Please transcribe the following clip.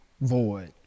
void